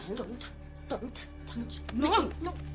don't don't touch me. no!